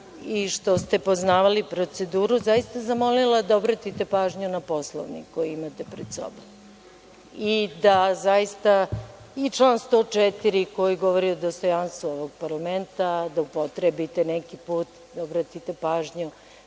i što ste poznavali proceduru, zamolila da obratite pažnju na Poslovnik koji imate pred sobom i da zaista član 104, koji govori o dostojanstvu ovog parlamenta, upotrebite neki put, obratite pažnju